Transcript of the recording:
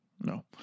No